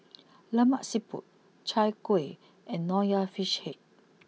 Lemak Siput Chai Kueh and Nonya Fish Head